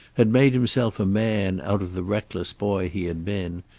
had made himself a man out of the reckless boy he had been,